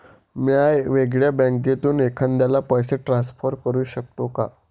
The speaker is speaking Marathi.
म्या वेगळ्या बँकेतून एखाद्याला पैसे ट्रान्सफर करू शकतो का?